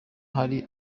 hari